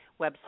website